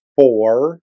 four